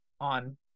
on